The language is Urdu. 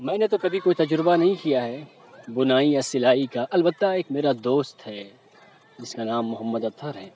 میں نے تو کبھی کوئی تجربہ نہیں کیا ہے بنائی یا سلائی کا البتہ ایک میرا دوست ہے جس کا نام محمد اطہر ہے